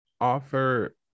offer